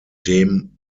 dem